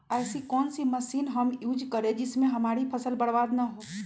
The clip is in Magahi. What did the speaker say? ऐसी कौन सी मशीन हम यूज करें जिससे हमारी फसल बर्बाद ना हो?